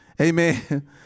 Amen